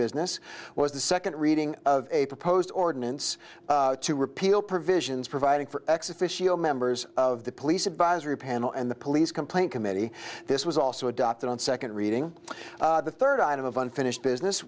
business was the second reading of a proposed ordinance to repeal provisions providing for ex officio members of the police advisory panel and the police complaint committee this was also adopted on second reading the third item of unfinished business